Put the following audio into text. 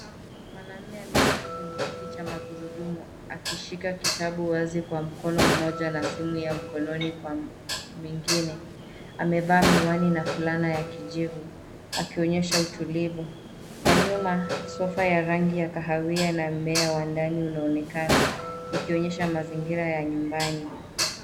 Mwanaume ameketi kwenye kiti cha magurudumu akishika kitabu wazi kwa mkono mmoja na simu ya mkononi kwa mwingine. Amevaa miwani na fulana ya kijivu akionyesha utulivu. Kwa nyuma sofa ya rangi ya kahawia na mmea wa ndani unaonekana ikionyesha mazingira ya nyumbani.